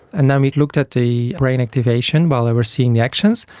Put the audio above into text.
and then we looked at the brain activation while they were seeing the actions,